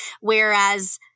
Whereas